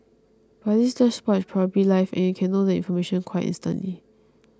but this dashboard is probably live and you can know information quite instantly